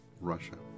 Russia